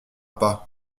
pas